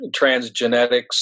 transgenetics